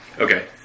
Okay